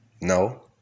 No